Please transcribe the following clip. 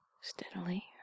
steadily